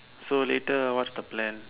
so later what's the plan